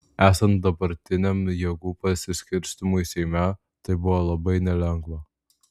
esant dabartiniam jėgų pasiskirstymui seime tai buvo labai nelengva